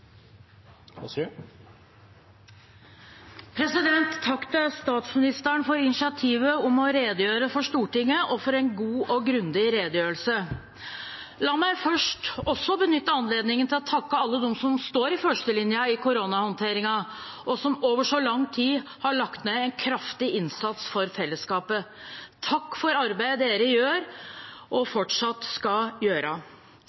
Takk til statsministeren for initiativet til å redegjøre for Stortinget og for en god og grundig redegjørelse. La meg først også benytte anledningen til å takke alle dem som står i førstelinjen i koronahåndteringen, og som over så lang tid har lagt ned en kraftig innsats for fellesskapet: Takk for arbeidet dere gjør, og fortsatt skal gjøre.